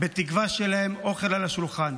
בתקווה שיהיה להם אוכל על השולחן.